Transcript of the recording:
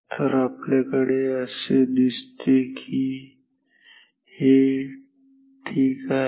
तर आपल्याकडे असे दिसते की हे ठीक आहे